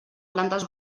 plantes